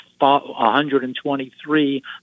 123